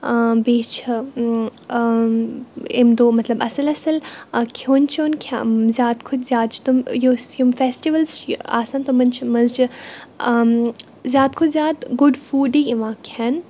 آ بیٚیہِ چھِ اَمہِ دۄہ مطلب اَصٕل اَصٕل کھیوٚان چیوٚان کھیٚہ زیاد کھۄتہٕ زیادٕ چھِ تِم یۄس یِم فیسٹِوَلٕز چھِ آسان تِمَن چھِ منٛز چھِ زیادٕ کھۄتہٕ زیادٕ گُڈ فُڈٕے یِوان کھٮ۪نہٕ